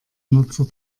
nutzer